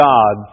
God